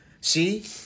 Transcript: see